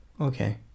Okay